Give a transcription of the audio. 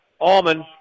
Almond